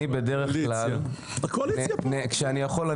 כשאני יכול,